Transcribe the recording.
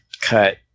cut